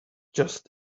just